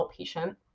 outpatient